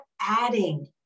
adding